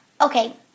okay